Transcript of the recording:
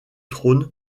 trône